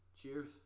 Cheers